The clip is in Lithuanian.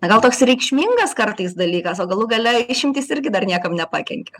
gal toks ir reikšmingas kartais dalykas o galų gale išimtys irgi dar niekam nepakenkė